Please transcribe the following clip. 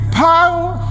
power